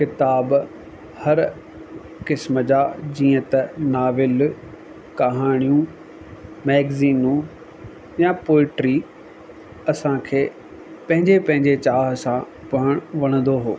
किताबु हर क़िस्म जा जीअं त नावेल कहाणियूं मैगज़ीनूं या पोइट्री असांखे पंहिंजे पंहिंजे चाह सां पढ़णु वणंदो हुओ